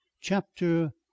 Chapter